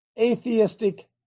atheistic